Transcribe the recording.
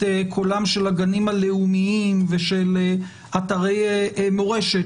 קולם של הגנים הלאומיים ושל אתרי מורשת,